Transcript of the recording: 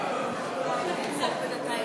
ניתן להם